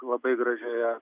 labai gražioje